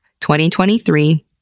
2023